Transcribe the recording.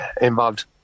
involved